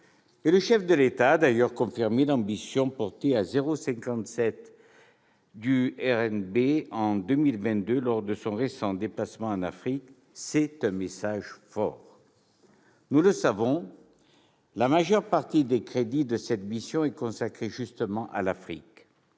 le chef de l'État a d'ailleurs confirmé l'ambition de porter le montant de l'aide au développement à 0,55 % du RNB en 2022, lors de son récent déplacement en Afrique. C'est un message fort. Nous le savons, la majeure partie des crédits de cette mission est consacrée justement à l'Afrique.